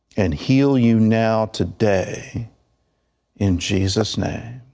and heal you now today in jesus's name.